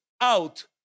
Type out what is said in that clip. out